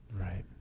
Right